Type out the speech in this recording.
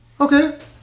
Okay